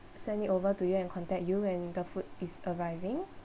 send it over to you and contact you when the food is arriving